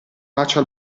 bacio